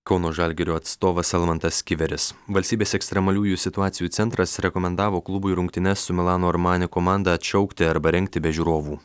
kauno žalgirio atstovas almantas kiveris valstybės ekstremaliųjų situacijų centras rekomendavo klubui rungtynes su milano armani komanda atšaukti arba rengti be žiūrovų